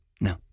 No